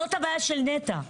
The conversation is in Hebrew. זאת הבעיה של נת"ע,